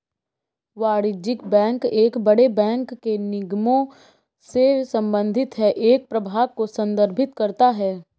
वाणिज्यिक बैंक एक बड़े बैंक के निगमों से संबंधित है एक प्रभाग को संदर्भित करता है